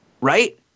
right